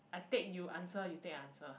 I take you answer you take I answer